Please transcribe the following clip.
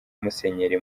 musenyeri